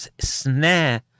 snare